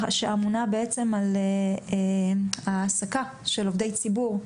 שאחראית על העסקה של עובדי ציבור,